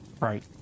Right